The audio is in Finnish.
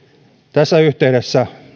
tässä yhteydessä